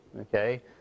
okay